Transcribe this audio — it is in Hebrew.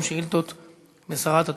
אני חושבת שצריך לקיים דיון על: א.